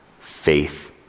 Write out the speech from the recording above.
Faith